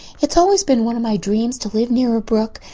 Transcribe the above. it's always been one my dreams to live near a brook.